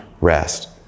rest